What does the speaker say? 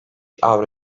avro